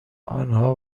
آنها